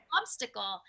obstacle